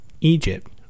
Egypt